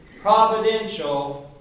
providential